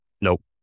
Nope